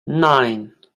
nine